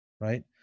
right